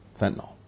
fentanyl